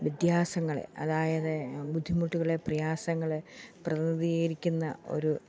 വ്യത്യാസങ്ങളെ അതായത് ബുദ്ധിമുട്ടുകളെ പ്രയാസങ്ങള് പ്രതിനിധീകരിക്കുന്ന ഒരു